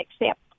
accept